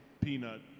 Peanut